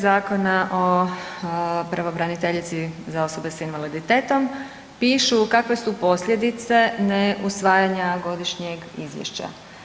Zakona o pravobraniteljici za osobe s invaliditetom pišu kakve su posljedice ne usvajanja godišnjeg izvješća.